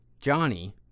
Johnny